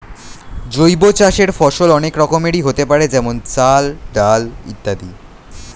জৈব চাষের ফসল অনেক রকমেরই হতে পারে যেমন চাল, ডাল ইত্যাদি